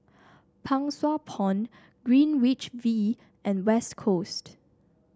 Pang Sua Pond Greenwich V and West Coast